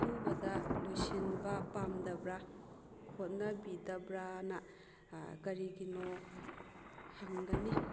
ꯑꯊꯨꯕꯗ ꯂꯣꯏꯁꯤꯟꯕ ꯄꯥꯝꯗꯕ꯭ꯔꯥ ꯍꯣꯠꯅꯕꯤꯗꯕ꯭ꯔꯥꯅ ꯀꯔꯤꯒꯤꯅꯣ ꯍꯪꯒꯅꯤ